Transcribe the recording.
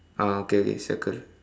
ah okay okay circle